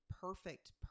perfect